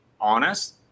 honest